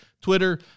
Twitter